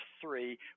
three